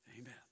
Amen